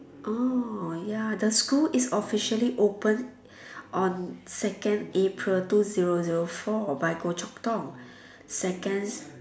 oh ya the school is officially open on second April two zero zero four by Goh-Chok-Tong second